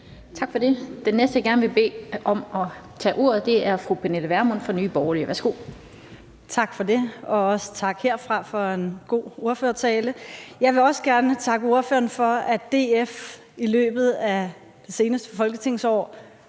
Tak for det. Den næste, jeg gerne vil bede om at tage ordet, er fru Pernille Vermund fra Nye Borgerlige. Værsgo. Kl. 13:03 Pernille Vermund (NB): Tak for det, og også tak herfra for en god ordførertale. Jeg vil også gerne takke ordføreren for, at DF i løbet af det seneste folketingsår